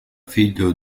figlio